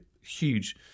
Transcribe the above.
huge